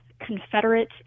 Confederate